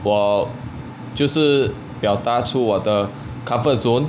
我就是表达出我的 comfort zone